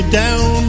down